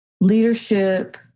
leadership